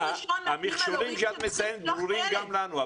המכשולים שאת מציינת ברורים גם לנו.